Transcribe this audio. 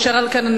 אשר על כן,